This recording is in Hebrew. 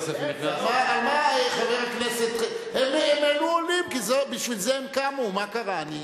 הם העלו עולים, בשביל זה הם קמו, מה קרה?